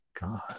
God